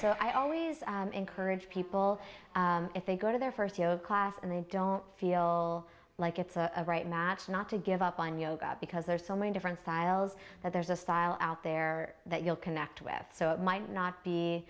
so i always encourage people if they go to their first yoga class and they don't feel like it's a right match not to give up on yoga because there are so many different styles that there's a style out there that you'll connect with so it might not be